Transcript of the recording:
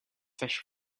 fish